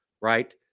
right